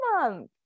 month